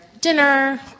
dinner